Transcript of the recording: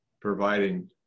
providing